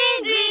Green